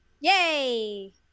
Yay